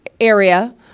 area